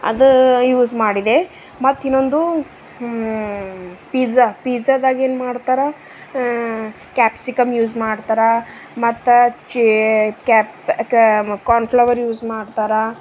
ಅದು ಯೂಸ್ ಮಾಡಿದೆ ಮತ್ತಿನ್ನೊಂದು ಪಿಝಾ ಪಿಝಾದಾಗ ಏನು ಮಾಡ್ತಾರ ಕ್ಯಾಪ್ಸಿಕಮ್ ಯೂಸ್ ಮಾಡ್ತಾರ ಮತ್ತು ಚೀ ಕ್ಯಾಪ್ ಕ ಕಾರ್ನ್ಫ್ಲವರ್ ಯೂಸ್ ಮಾಡ್ತಾರೆ